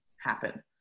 happen